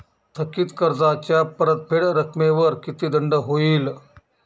थकीत कर्जाच्या परतफेड रकमेवर किती दंड होईल?